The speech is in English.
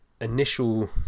initial